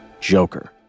Joker